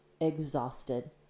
exhausted